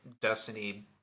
Destiny